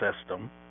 System